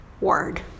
Word